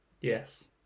Yes